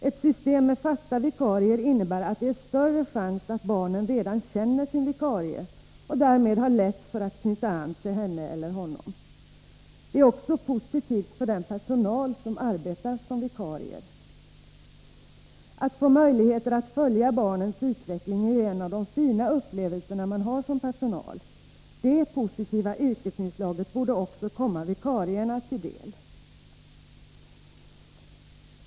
Ett system med fasta vikarier innebär att chansen blir större att barnen känner den vikarie som kommer och därmed lätt kan knyta an till henne eller honom. Det är också positivt för dem som arbetar som vikarier. Att få möjligheter att följa barnens utveckling hör till de fina upplevelserna för personalen. Det positiva yrkesinslaget borde komma också vikarierna till del.